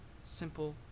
simple